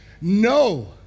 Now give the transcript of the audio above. No